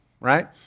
right